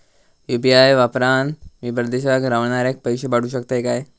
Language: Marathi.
यू.पी.आय वापरान मी परदेशाक रव्हनाऱ्याक पैशे पाठवु शकतय काय?